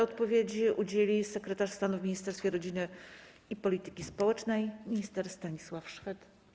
Odpowiedzi udzieli sekretarz stanu w Ministerstwie Rodziny i Polityki Społecznej minister Stanisław Szwed.